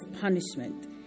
punishment